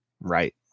Right